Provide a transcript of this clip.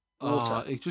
water